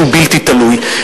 שהוא בלתי תלוי.